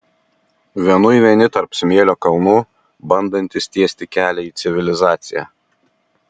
vienui vieni tarp smėlio kalnų bandantys tiesti kelią į civilizaciją